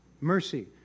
Mercy